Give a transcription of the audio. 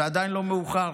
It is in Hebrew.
ועדיין לא מאוחר.